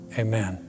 amen